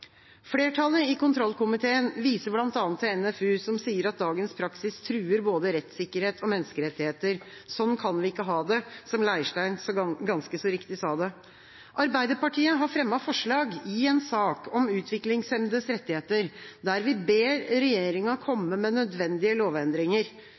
Flertallet i kontrollkomitéen viser bl.a. til NFU, som sier at dagens praksis truer både rettssikkerhet og menneskerettigheter. Sånn kan vi ikke ha det – som Leirstein ganske så riktig sa det. Arbeiderpartiet har fremmet forslag i en sak om utviklingshemmedes rettigheter der vi ber regjeringa